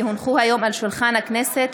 כי הונחו היום על שולחן הכנסת,